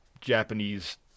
Japanese